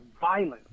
violence